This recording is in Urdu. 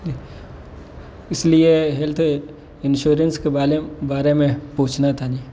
اس لیے ہیلتھ انشیورنس کے بالے بارے میں پوچھنا تھا جی